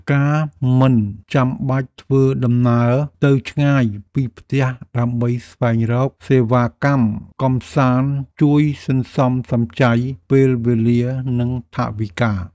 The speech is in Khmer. ការមិនចាំបាច់ធ្វើដំណើរទៅឆ្ងាយពីផ្ទះដើម្បីស្វែងរកសេវាកម្មកម្សាន្តជួយសន្សំសំចៃពេលវេលានិងថវិកា។